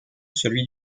celui